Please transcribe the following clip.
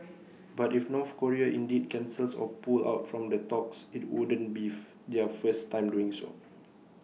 but if North Korea indeed cancels or pull out from the talks IT wouldn't beef their first time doing so